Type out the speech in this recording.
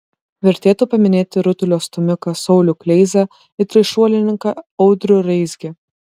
vertėtų paminėti rutulio stūmiką saulių kleizą ir trišuolininką audrių raizgį